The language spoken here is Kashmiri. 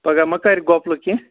پگاہ ما کَرِ گَپلہٕ کینٛہہ